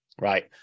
Right